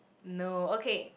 no okay